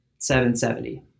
770